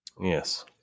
Yes